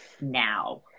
now